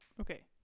Okay